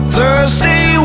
Thursday